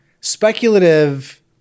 Speculative